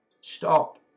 Stop